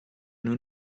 nur